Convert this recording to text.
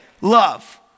love